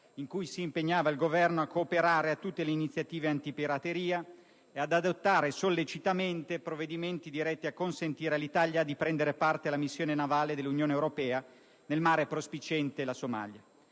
in cui si impegnava il Governo a cooperare a tutte le iniziative antipirateria e ad adottare sollecitamente provvedimenti diretti a consentire all'Italia di prendere parte alla missione navale dell'Unione europea nel mare prospiciente la Somalia.